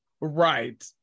right